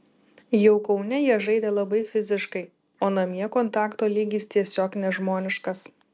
jau kaune jie žaidė labai fiziškai o namie kontakto lygis tiesiog nežmoniškas